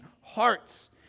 hearts